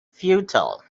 futile